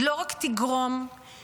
היא לא רק תגרום למהומות,